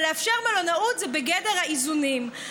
אבל לאפשר מלונאות זה בגדר האיזונים.